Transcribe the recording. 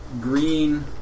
green